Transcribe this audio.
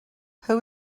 who